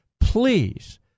Please